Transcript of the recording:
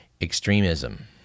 extremism